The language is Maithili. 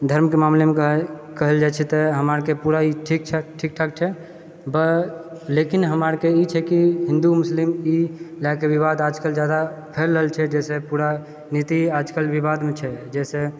धर्मके मामलेमे कह कहल जाइत छै तऽ हमरा आरके पूरा ई ठीक छै ठीक ठाक छै वऽ लेकिन हमरा आरके ई छै कि हिन्दू मुस्लिम ई लए कऽ विवाद आजकल जादा फैल रहल छै जाहिसँ पूरा नीति आजकल विवादमे छै जहिसँ